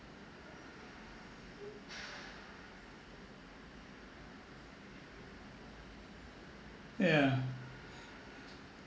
yeah